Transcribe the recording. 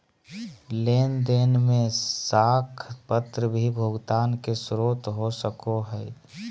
लेन देन में साख पत्र भी भुगतान के स्रोत हो सको हइ